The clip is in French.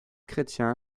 chrétien